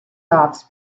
offs